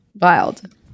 wild